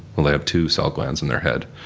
well they have two salt glands in their head.